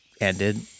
ended